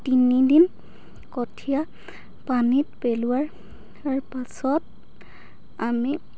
তিনিদিন কঠিয়া পানীত পেলোৱাৰ পাছত আমি